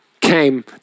came